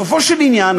בסופו של עניין,